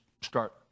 start